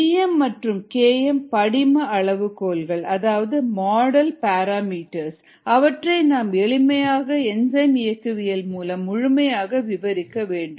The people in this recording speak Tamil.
வி எம் மற்றும் கே எம் படிம அளவுகோல்கள் அதாவது மாடல் பாராமீட்டர்ஸ் அவற்றை நாம் எளிமையான என்சைம் இயக்கவியல் மூலம் முழுமையாக விவரிக்க வேண்டும்